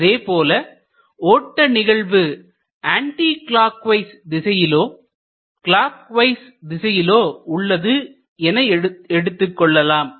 அதே போல ஓட்ட நிகழ்வு ஆன்டி க்ளாக் வைஸ் திசையிலோ க்ளாக் வைஸ் திசையிலோ உள்ளது என எடுத்துக்கொள்ளலாம்